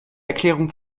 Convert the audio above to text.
erklärung